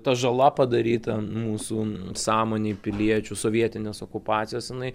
ta žala padaryta mūsų sąmonėj piliečių sovietinės okupacijos jinai